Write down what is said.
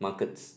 markets